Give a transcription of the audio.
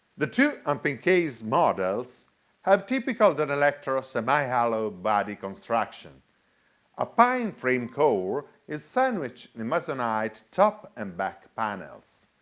the two amp-in-case models have typical danelectro semi-hollow body construction a pine frame core is sandwiched in masonite top and back panels.